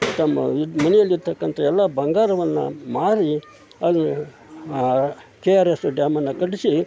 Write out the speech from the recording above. ತಮ್ಮ ವಿದ್ ಮನೆಯಲ್ಲಿರ್ತಕ್ಕಂಥ ಎಲ್ಲ ಬಂಗಾರವನ್ನು ಮಾರಿ ಅಲ್ಲಿ ಕೆ ಆರ್ ಎಸ್ ಡ್ಯಾಮನ್ನು ಕಟ್ಟಿಸಿ